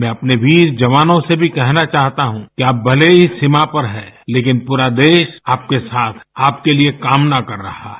मैं अपने वीर जवानों से भी कहना चाहता हूँ कि आप भले ही सीमा पर हैं लेकिन पूरा देश आपके साथ है आपके लिए कामना कर रहा है